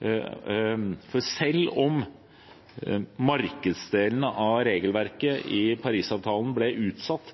dobbelttelling. Selv om markedsdelen av regelverket i Parisavtalen ble utsatt,